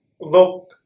Look